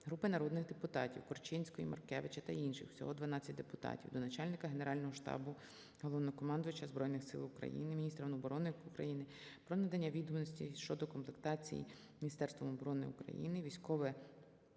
Групи народних депутатів (Корчинської, Маркевича та інших. Всього 12 депутатів) до начальника Генерального штабу - Головнокомандувача Збройних Сил України, міністра оборони України про надання відомостей щодо комплектації Міністерством оборони України